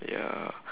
ya